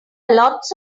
lot